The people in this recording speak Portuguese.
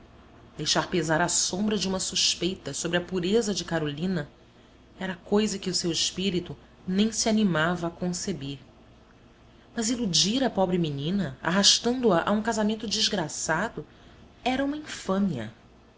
deixar pesar a sombra de uma suspeita sobre a pureza de carolina era coisa que o seu espírito nem se animava a conceber mas iludir a pobre menina arrastando a a um casamento desgraçado era uma infâmia